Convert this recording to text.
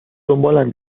دنبالم